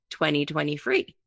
2023